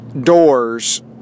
doors